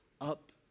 up